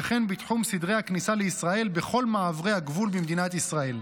וכן בתחום סדרי הכניסה לישראל בכל מעברי הגבול במדינת ישראל.